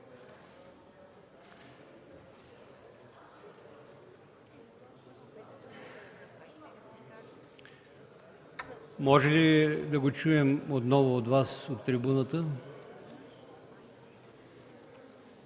Може ли да го чуем отново от Вас от трибуната?